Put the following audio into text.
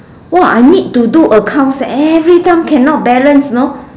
!wah! I need to do accounts every time cannot balance know